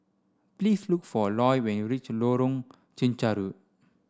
please look for Loy when you reach Lorong Chencharu